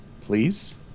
Please